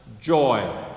joy